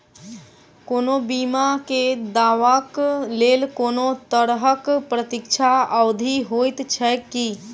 कोनो बीमा केँ दावाक लेल कोनों तरहक प्रतीक्षा अवधि होइत छैक की?